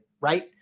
right